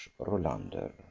Rolander